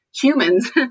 humans